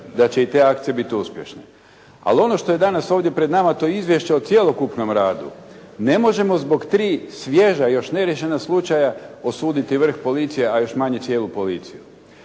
da će i te akcije biti uspješne. Ali ono što je ovdje danas pred nama to je izvješće o cjelokupnom radu. Ne možemo zbog tri svježa, još neriješena slučaja osuditi vrh policije, a još manje cijelu policiju.